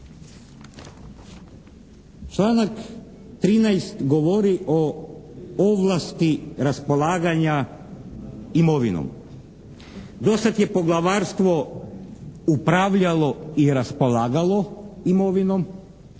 Članak 13. govori o ovlasti raspolaganja imovinom. Do sad je poglavarstvo upravljalo i raspolagalo imovinom.